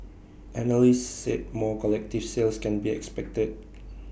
analysts said more collective sales can be expected